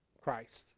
Christ